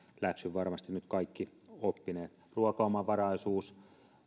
läksyn varmasti nyt kaikki oppineet ruokaomavaraisuus